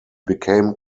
became